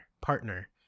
partner